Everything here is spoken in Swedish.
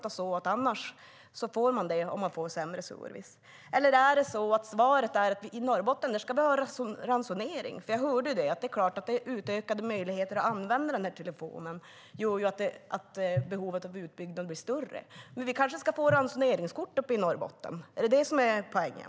Annars får man ju det om man får sämre service. Eller är svaret att vi i Norrbotten ska ha ransonering? Det är klart att utökade möjligheter att använda telefonen gör att behovet av en utbyggnad blir större. Men vi uppe i Norrbotten ska kanske få ransoneringskort? Är det det som är poängen?